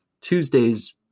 Tuesdays